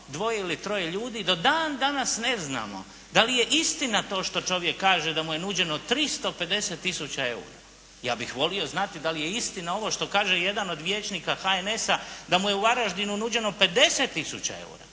dvoje ili troje ljudi, do dan danas ne znamo, da li je istina to što čovjek kaže da mu je nuđeno 350 tisuća eura. Ja bih volio znati da li je istina ovo što kaže jedan od vijećnika HNS-a, da mu je u Varaždinu nuđeno 50 tisuća